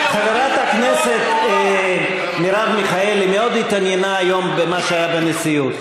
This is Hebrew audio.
חברת הכנסת מרב מיכאלי מאוד התעניינה היום במה שהיה בנשיאות.